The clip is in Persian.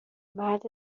مرد